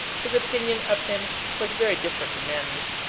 his opinion of him was very different from nanny's.